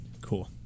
cool